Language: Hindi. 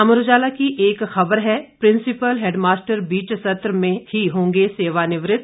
अमर उजाला की एक ख़बर है प्रिंसिपल हेडमास्टर बीच सत्र में ही होंगे सेवानिवृत